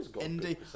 Indy